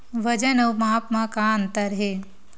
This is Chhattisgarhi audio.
वजन अउ माप म का अंतर हे?